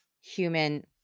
human